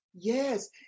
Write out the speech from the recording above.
Yes